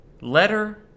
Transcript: Letter